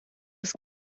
ist